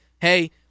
hey